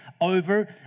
over